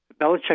Belichick